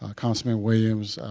ah councilman williams.